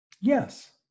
Yes